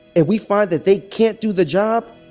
if we find that they can't do the job,